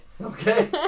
Okay